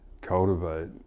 cultivate